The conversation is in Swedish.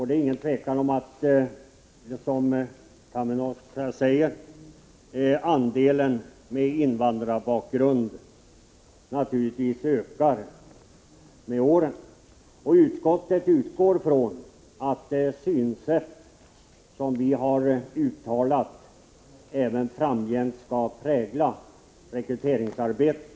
Det är också riktigt som Erkki Tammenoksa säger att andelen poliser med invandrarbakgrund ökar med åren. Utskottet utgår från att det synsätt som kommer till uttryck i utskottets betänkande även framgent skall prägla rekryteringsarbetet.